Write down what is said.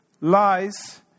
lies